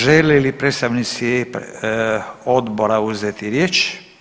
Žele li predstavnici odbora uzeti riječ?